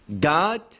God